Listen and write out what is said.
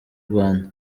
rwanda